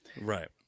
Right